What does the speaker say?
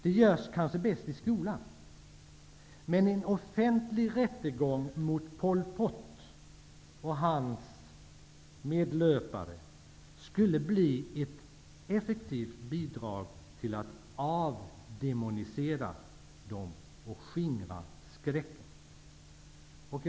Det görs kanske bäst i skolan, men en offentlig rättegång mot Pol Pot och hans medlöpare skulle bli ett effektivt bidrag till att avdemonisera dem och skingra skräcken.